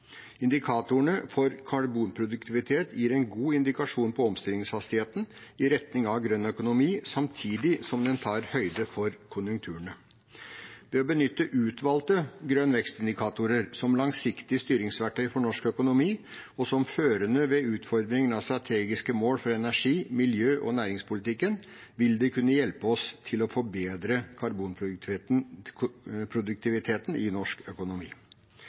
for karbonproduktivitet gir en god indikasjon på omstillingshastigheten i retning av grønn økonomi, samtidig som den tar høyde for konjunkturene. Å benytte utvalgte grønn vekst-indikatorer som langsiktig styringsverktøy for norsk økonomi som førende ved utforming av strategiske mål for energi-, miljø- og næringspolitikken, vil kunne hjelpe oss til å forbedre karbonproduktiviteten i norsk økonomi.